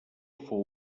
fou